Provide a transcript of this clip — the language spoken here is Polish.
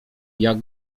jak